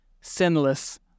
sinless